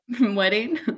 wedding